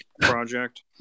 project